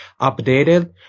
updated